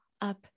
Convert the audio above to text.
up